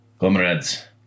Comrades